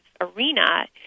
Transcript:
arena